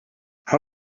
how